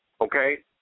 Okay